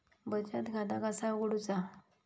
बचत खाता कसा उघडूचा?